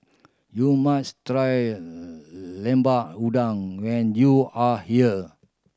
you must try Lemper Udang when you are here